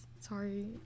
sorry